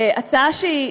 הצעה שהיא,